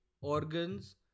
organs